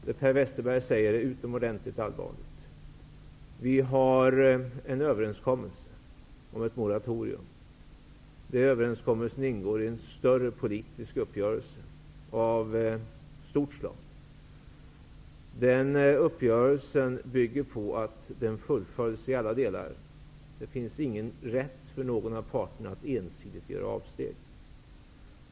Det Per Westerberg säger är utomordentligt allvarligt. Vi har en överenskommelse om ett moratorium. I överenskommelsen ingår en större politisk uppgörelse av stort slag. Den uppgörelsen bygger på att den fullföljs i alla delar. Det finns ingen rätt för någon av parterna att ensidigt göra avsteg.